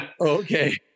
Okay